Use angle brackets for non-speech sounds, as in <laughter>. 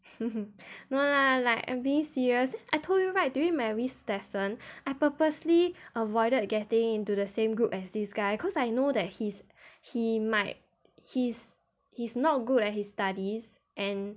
<laughs> no lah like I'm being serious I told you right during mary's lesson I purposely avoided getting into the same group as this guy cause I know that he's he might he's he's not good at his studies and